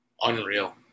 Unreal